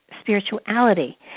spirituality